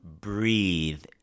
breathe